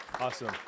Awesome